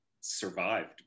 survived